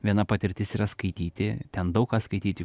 viena patirtis yra skaityti ten daug ką skaityti